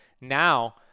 Now